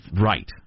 Right